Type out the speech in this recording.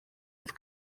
wrth